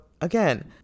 again